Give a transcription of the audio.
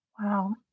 Wow